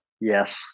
Yes